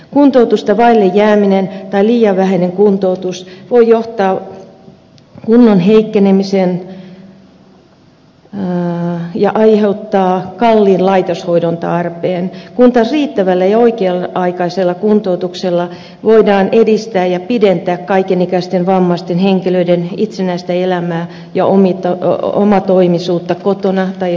kuntoutusta vaille jääminen tai liian vähäinen kuntoutus voi johtaa kunnon heikkenemiseen ja aiheuttaa kalliin laitoshoidon tarpeen kun taas riittävällä ja oikea aikaisella kuntoutuksella voidaan edistää ja pidentää kaikenikäisten vammaisten henkilöiden itsenäistä elämää ja omatoimisuutta kotona tai esimerkiksi palvelutaloissa